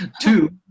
Two